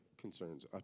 concerns